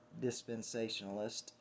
dispensationalist